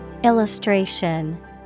Illustration